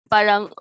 Parang